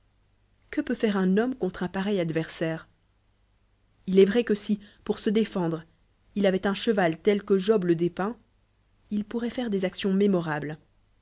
que peut faire un homme contre un pareil adversaire il est vrai que si pour se défendre il avoit nn gheval tel que job le dé peint il podrroit faire des actions mémor